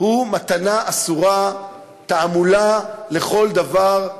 הוא מתנה אסורה, תעמולה לכל דבר,